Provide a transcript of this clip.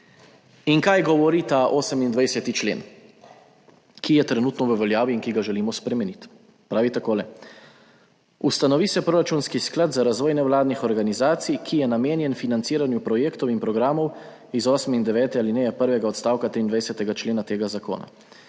In kaj govori ta 28. člen, ki je trenutno v veljavi in ki ga želimo spremeniti. Pravi takole: Ustanovi se proračunski sklad za razvoj nevladnih organizacij, ki je namenjen financiranju projektov in programov iz osme in devete alineje prvega odstavka 23. člena tega zakona.